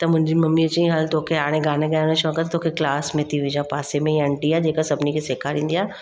त मुंहिंजी ममीअ चई हलु तोखे हाणे गाने ॻाइण जो शौक़ु आहे तोखे क्लास में थी विझा पासे में ई आंटी आहे जेका सभिनी खे सेखारींदी आहे